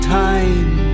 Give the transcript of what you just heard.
time